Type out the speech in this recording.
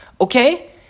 okay